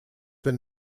been